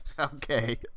Okay